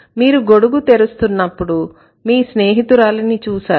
మీరు గొడుగు తెరుస్తున్నప్పుడు మీ స్నేహితురాలిని చూశారు